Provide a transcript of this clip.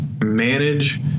manage